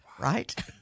right